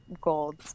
Gold